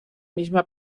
misma